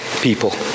people